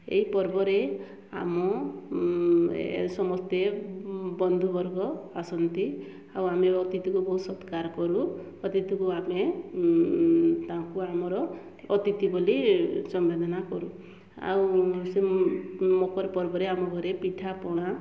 ଏଇ ପର୍ବରେ ଆମ ଏ ସମସ୍ତେ ବନ୍ଧୁ ବର୍ଗ ଆସନ୍ତି ଆଉ ଆମେ ଅତିଥିକୁ ବହୁତ ସତ୍କାର କରୁ ଅତିଥିକୁ ଆମେ ତାଙ୍କୁ ଆମର ଅତିଥି ବୋଲି ସମ୍ବେଦନା କରୁ ଆଉ ସେ ମକର ପର୍ବରେ ଆମ ଘରେ ପିଠା ପଣା